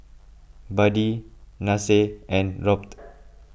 Buddy Nasir and Robt